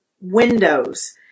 windows